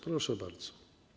Proszę bardzo.